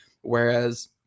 whereas